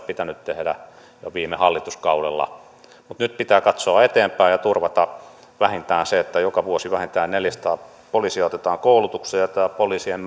pitänyt tehdä jo viime hallituskaudella mutta nyt pitää katsoa eteenpäin ja turvata vähintään se että joka vuosi vähintään neljäsataa poliisia otetaan koulutukseen ja tämä poliisien